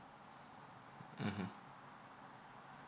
mmhmm